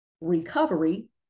recovery